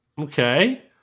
okay